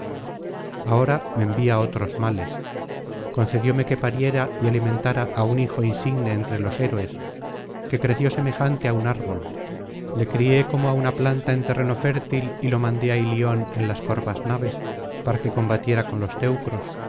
ahora me envía otros males concedióme que pariera y alimentara á un hijo insigne entre los héroes que creció semejante á un árbol le crié como á una planta en terreno fértil y lo mandé á ilion en las corvas naves para que combatiera con los teucros